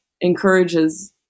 encourages